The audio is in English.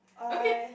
I